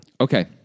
Okay